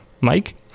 Mike